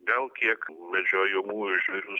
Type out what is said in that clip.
gal kiek medžiojamųjų žvėrių